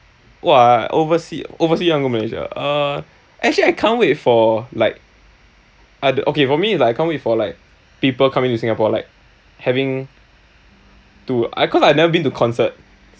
!wah! oversea oversea you want to go malaysia uh actually I can't wait for like okay for me is I can't wait for like people come in to Singapore like having to I cause I never been to concert